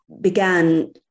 began